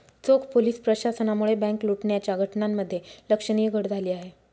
चोख पोलीस प्रशासनामुळे बँक लुटण्याच्या घटनांमध्ये लक्षणीय घट झाली आहे